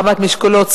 הרמת משקולות,